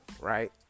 right